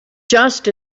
just